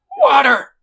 Water